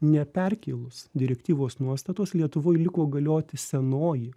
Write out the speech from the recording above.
neperkėlus direktyvos nuostatos lietuvoj liko galioti senoji